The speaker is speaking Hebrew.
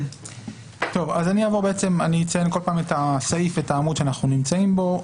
אז אני אציין כל פעם את הסעיף והעמוד שאנחנו נמצאים בו.